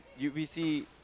UBC